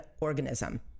Organism